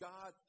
God